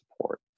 support